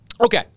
Okay